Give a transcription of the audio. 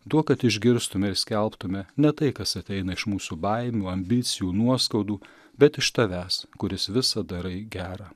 duok kad išgirstume ir skelbtume ne tai kas ateina iš mūsų baimių ambicijų nuoskaudų bet iš tavęs kuris visa darai gera